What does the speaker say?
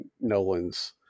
Nolan's